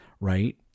right